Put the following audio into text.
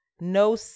no